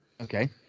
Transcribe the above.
Okay